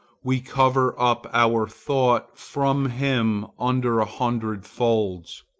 we cover up our thought from him under a hundred folds.